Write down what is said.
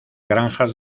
granjas